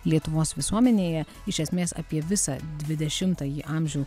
lietuvos visuomenėje iš esmės apie visą dvidešimtąjį amžių